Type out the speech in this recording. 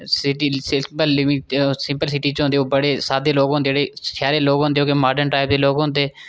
simplicity च होंदे ओह् बड़े साद्दे लोक होंदे जेहेड़े शैहरें दे लोक होंदे ओह् बड़े मार्डन टाइप दे लोक होंदे